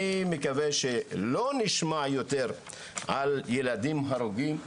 אני מקווה שלא נשמע יותר על ילדים הרוגים,